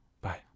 Bye